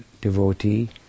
devotee